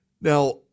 Now